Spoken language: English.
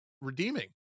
redeeming